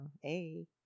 hey